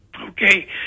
Okay